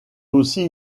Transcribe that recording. aussi